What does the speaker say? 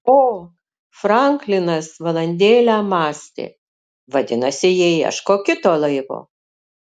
o franklinas valandėlę mąstė vadinasi jie ieško kito laivo